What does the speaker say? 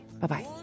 Bye-bye